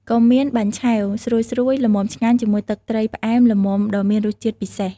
ក៏មាន បាញ់ឆែវ ស្រួយៗល្មមឆ្ងាញ់ជាមួយទឹកត្រីផ្អែមល្មមដ៏មានរសជាតិពិសេស។